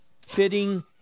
fitting